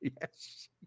Yes